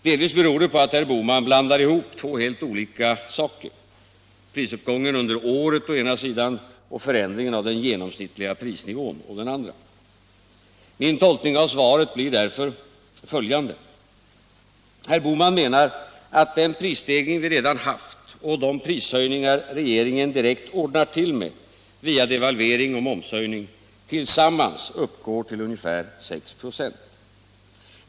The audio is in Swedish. Delvis beror det på att herr Bohman blandar ihop två helt olika saker — prisuppgången under året å ena sidan och förändringen av den genomsnittliga prisnivån å den andra. Min tolkning av svaret blir därför följande. Herr Bohman menar att den prisstegring vi redan haft och de prishöjningar regeringen direkt ordnat till via devalvering och momshöjning tillsammans uppgår till ungefär 6 26.